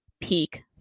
peak